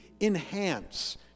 enhance